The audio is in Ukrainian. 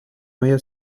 моє